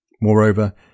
Moreover